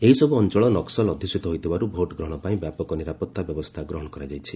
ଏହିସବୁ ଅଞ୍ଚଳ ନକ୍କଲ ଅଧ୍ୟୁଷିତ ହୋଇଥିବାରୁ ଭୋଟ ଗ୍ରହଣ ପାଇଁ ବ୍ୟାପକ ନିରାପତ୍ତା ବ୍ୟବସ୍ଥା ଗ୍ରହଣ କରାଯାଇଛି